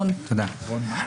רון, בבקשה.